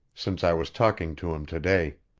since i was talking to him to-day.